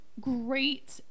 great